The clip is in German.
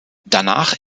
danach